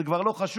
זה כבר לא חשוב,